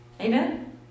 Amen